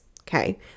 okay